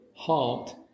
heart